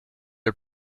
are